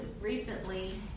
recently